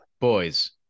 boys